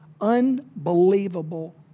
unbelievable